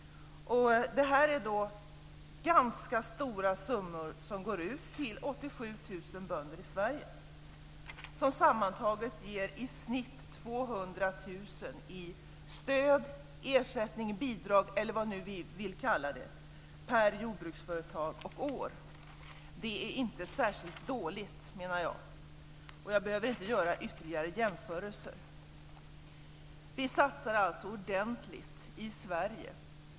Det är ganska stora summor som går ut till 87 000 bönder i Sverige, som sammantaget ger i snitt 200 000 i stöd, ersättning, bidrag eller vad vi nu vill kalla det per jordbruksföretag och år. Det är inte särskilt dåligt, menar jag. Jag behöver inte göra ytterligare jämförelser. Vi satsar alltså ordentligt i Sverige.